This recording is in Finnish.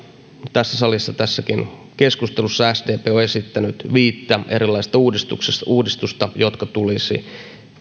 tässä salissa tässäkin keskustelussa sdp on esittänyt viittä erilaista uudistusta uudistusta jotka tulisi